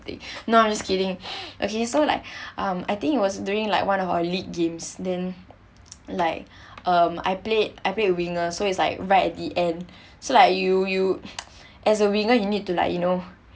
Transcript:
thing no I'm just kidding okay so like um I think it was during like one of our league games then like um I played I played winger so it's like right at the end so like you you as a winger you need to like you know